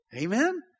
Amen